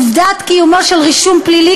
עובדת קיומו של רישום פלילי,